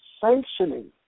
sanctioning